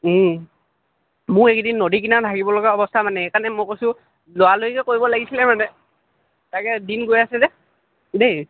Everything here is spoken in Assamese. মোৰ এইকেইদিন নদী কিনাৰত হাগিবলগা অৱস্থা মানে সেইকাৰণে মই কৈছোঁ লৰালৰিকৈ কৰিব লাগিছিলে মানে তাকে দিন গৈ আছে যে দেই